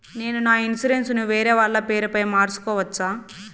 నేను నా ఇన్సూరెన్సు ను వేరేవాళ్ల పేరుపై మార్సుకోవచ్చా?